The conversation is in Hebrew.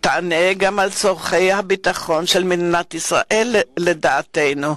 תענה גם על צורכי הביטחון של מדינת ישראל, לדעתנו.